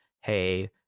hey